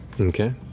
Okay